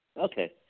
Okay